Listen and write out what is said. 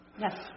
Yes